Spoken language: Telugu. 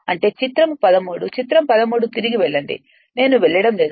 అంటే చిత్రం 13 చిత్రం 13తిరిగి వెళ్ళండి నేను వెళ్ళడం లేదు